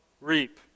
reap